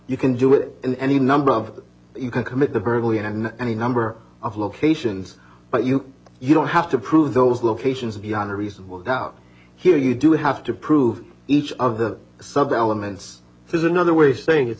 you can do it in any number of you can commit the burglary and any number of locations but you you don't have to prove those locations beyond reasonable doubt here you do have to prove each of the subway elements is another way of saying it's